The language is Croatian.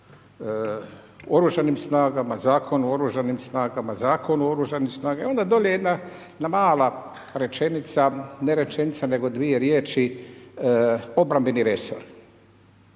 Oružanim snagama, Zakon o Oružanima snagama, Zakon o Oružanima snagama onda je dolje jedna mala rečenica, ne rečenica nego dvije riječi „obrambeni resor.“